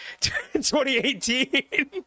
2018